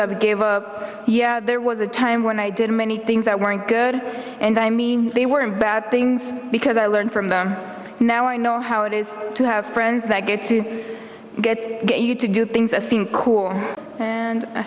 i gave up yeah there was a time when i did many things that weren't good and i mean they weren't bad things because i learned from them now i know how it is to have friends that get to get you to do things that seem cool